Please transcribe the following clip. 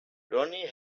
ronnie